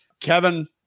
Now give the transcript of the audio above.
Kevin